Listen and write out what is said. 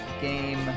game